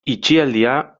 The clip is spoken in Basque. itxialdia